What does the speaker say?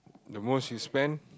the most you spend